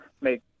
make